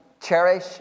cherish